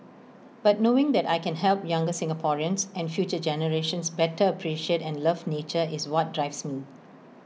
but knowing that I can help younger Singaporeans and future generations better appreciate and love nature is what drives me